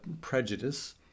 prejudice